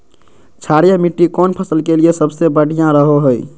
क्षारीय मिट्टी कौन फसल के लिए सबसे बढ़िया रहो हय?